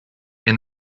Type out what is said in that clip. with